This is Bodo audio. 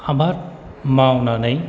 आबाद मावनानै